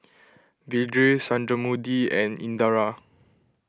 Vedre Sundramoorthy and Indira